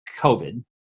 COVID